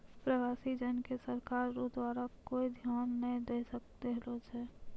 प्रवासी जन के सरकार रो द्वारा कोय ध्यान नै दैय रहलो छै